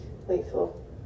lethal